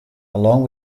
along